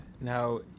Now